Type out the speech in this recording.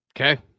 Okay